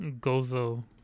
gozo